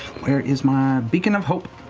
where is my beacon of hope?